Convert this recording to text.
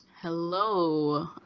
Hello